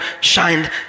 shined